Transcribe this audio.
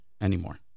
anymore